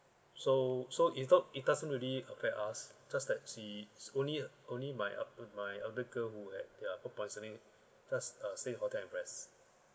so so is not it doesn't really affect us just that she only uh only my my elder girl who had the food poisoning just uh stayed in hotel and rest